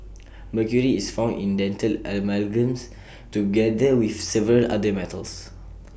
mercury is found in dental amalgams together with several other metals